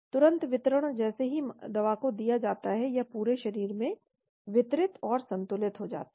तुरंत वितरण जैसे ही दवा को दीया जाता है यह पूरे शरीर में वितरित और संतुलित हो जाती है